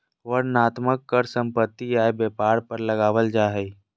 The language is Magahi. वर्णनात्मक कर सम्पत्ति, आय, व्यापार पर लगावल जा हय